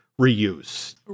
reuse